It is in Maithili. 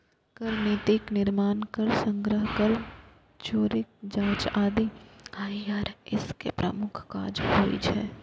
कर नीतिक निर्माण, कर संग्रह, कर चोरीक जांच आदि आई.आर.एस के प्रमुख काज होइ छै